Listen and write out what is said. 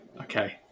Okay